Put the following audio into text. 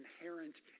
inherent